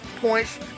points